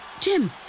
Jim